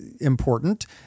important